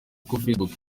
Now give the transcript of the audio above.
facebook